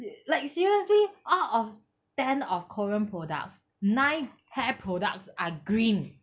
like seriously all of ten of korean products nine hair products are green